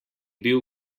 bil